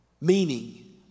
meaning